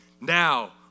Now